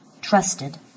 trusted